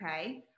Okay